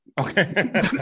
okay